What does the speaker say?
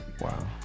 wow